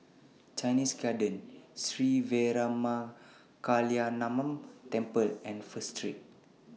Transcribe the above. Chinese Garden Sri Veeramakaliamman Temple and First Street